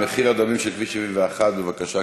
מחיר הדמים של כביש 71. בבקשה,